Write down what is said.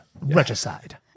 Regicide